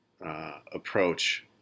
approach